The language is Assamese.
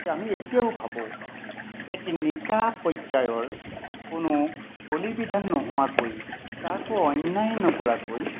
গতিকে আমি এতিয়াও ভাবোঁ এক নিকা পৰ্য্য়ায়ৰ কোনো বলি বিধান নোহোৱাকৈ কাকো অন্যায় নকৰাকৈ